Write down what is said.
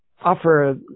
offer